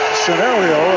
scenario